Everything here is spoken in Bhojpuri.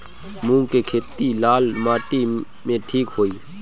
मूंग के खेती लाल माटी मे ठिक होई?